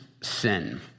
sin